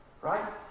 right